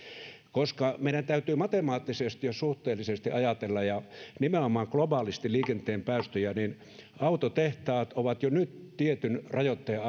meidän täytyy ajatella matemaattisesti ja suhteellisesti ja nimenomaan globaalisti liikenteen päästöjä autotehtaat ovat jo nyt tietyn rajoitteen